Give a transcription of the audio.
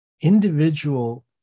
individual